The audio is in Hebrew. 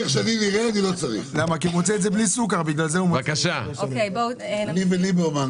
מתוך סקרי מב"ת